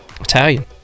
Italian